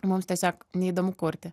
mums tiesiog neįdomu kurti